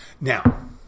Now